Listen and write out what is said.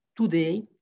today